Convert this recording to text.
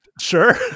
Sure